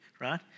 right